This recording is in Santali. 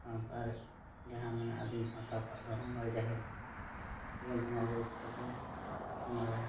ᱥᱟᱶᱛᱟᱨᱮ ᱡᱟᱦᱟᱸ ᱢᱮᱱᱟᱜᱼᱟ ᱟᱹᱫᱤᱢ ᱥᱟᱱᱛᱟᱲ ᱠᱚᱣᱟᱜ ᱫᱷᱚᱨᱚᱢ ᱟᱨ ᱡᱟᱦᱮᱨ ᱛᱷᱟᱱ ᱨᱮᱜᱮ ᱵᱚᱸᱜᱟ ᱵᱩᱨᱩ ᱠᱚᱫᱚ ᱠᱚ ᱵᱚᱸᱜᱟᱭᱟ